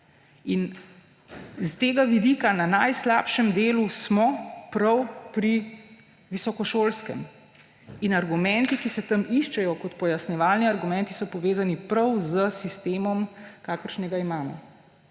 S tega vidika smo na najslabšem delu prav pri visokošolskem in argumenti, ki se tam iščejo kot pojasnjevalni argumenti, so povezani prav s sistemom, kakršnega imamo.